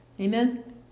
Amen